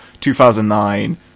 2009